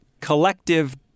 collective